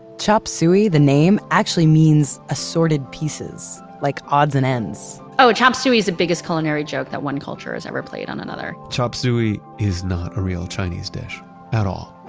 chop suey, the name actually means assorted pieces like odds and ends oh, chop suey is the biggest culinary joke that one culture has ever played on another chop suey is not a real chinese dish at all.